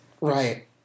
Right